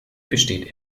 besteht